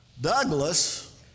Douglas